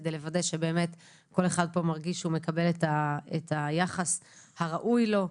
כדי לוודא שבאמת כל אחד פה מרגיש שהוא מקבל את היחס הראוי לו.